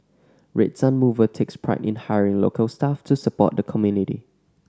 Red Sun Mover takes pride in hiring local staff to support the community